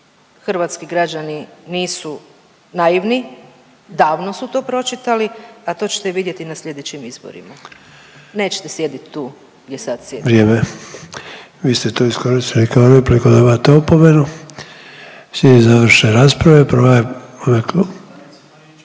Hrvatski građani nisu naivni, davno su to pročitali, a to ćete vidjeti na slijedećim izborima. Nećete sjedit tu gdje sad sjedite. …/Upadica Sanader: Vrijeme./… **Sanader, Ante (HDZ)** Vi ste to iskoristili kao repliku, dobivate opomenu. Slijedi završna rasprava,